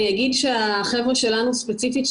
אני אגיד שהחבר'ה שלנו ספציפית,